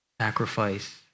sacrifice